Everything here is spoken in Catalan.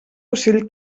ocell